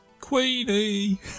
Queenie